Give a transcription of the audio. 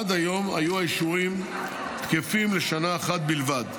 עד היום היו האישורים תקפים לשנה אחת בלבד,